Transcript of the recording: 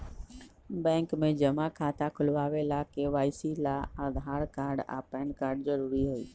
bank में जमा खाता खुलावे ला के.वाइ.सी ला आधार कार्ड आ पैन कार्ड जरूरी हई